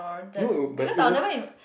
no but it was